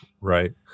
Right